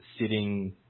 sitting